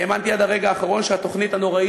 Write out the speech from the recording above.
האמנתי עד הרגע האחרון שהתוכנית הנוראה